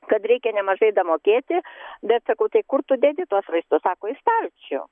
kad reikia nemažai damokėti bet sakau tai kur tu dedi tuos vaistus sako į stalčių